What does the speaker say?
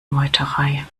meuterei